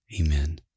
Amen